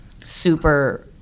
super